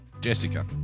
Jessica